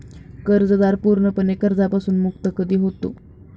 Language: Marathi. कर्जदार पूर्णपणे कर्जापासून मुक्त कधी होतो?